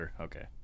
Okay